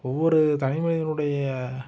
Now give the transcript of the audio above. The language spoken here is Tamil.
ஒவ்வொரு தனிமனிதனுடைய